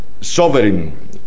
sovereign